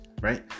Right